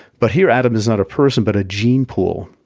but here adam is not a person, but a gene pool.